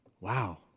wow